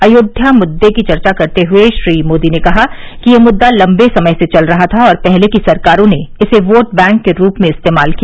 अयोध्या मुद्दे की चर्चा करते हुए श्री मोदी ने कहा कि ये मुद्दा लम्बे समय से चल रहा था और पहले की सरकारों ने इसे वोट बैंक के रूप में इस्तेमाल किया